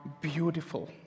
beautiful